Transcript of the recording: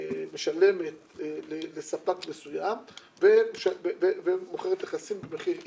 משלמת לספק מסוים ומוכרת נכסים במחיר x.